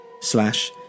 slash